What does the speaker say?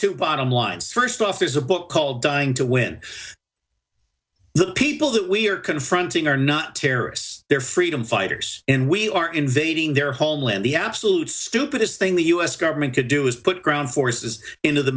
two bottom lines first off there's a book called dying to win the people that we are confronting are not terrorists they're freedom fighters and we are invading their homeland the absolute stupidest thing the u s government could do is put ground forces into the